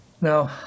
Now